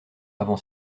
avant